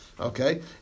okay